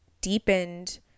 deepened